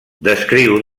descriu